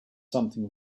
something